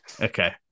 okay